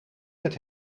met